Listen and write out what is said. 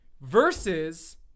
versus